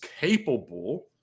capable